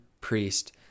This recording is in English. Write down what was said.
priest